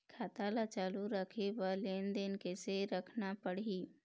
खाता ला चालू रखे बर लेनदेन कैसे रखना पड़ही?